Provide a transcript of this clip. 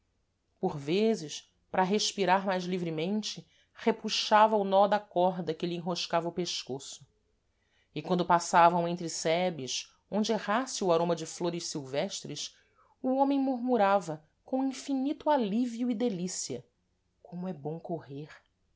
por vezes para respirar mais livremente repuxava o nó da corda que lhe enroscava o pescoço e quando passavam entre sebes onde errasse o aroma de flores silvestres o homem murmurava com infinito alívio e delícia como é bom correr